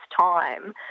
time